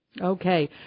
Okay